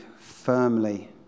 firmly